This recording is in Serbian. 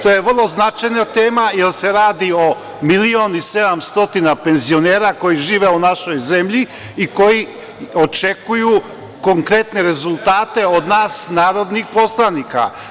To je vrlo značajna tema jer se radi o 1,7 miliona penzionera koji žive u našoj zemlji i koji očekuju konkretne rezultate od nas narodnih poslanika.